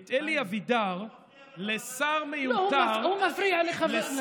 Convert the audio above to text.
את אלי אבידר לשר מיותר, הוא מפריע בכוונה.